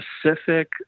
specific